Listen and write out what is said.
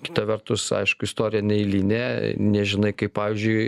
kita vertus aišku istorija neeilinė nežinai kaip pavyzdžiui